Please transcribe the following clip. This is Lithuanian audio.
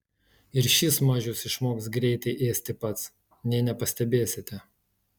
ir šis mažius išmoks greitai ėsti pats nė nepastebėsite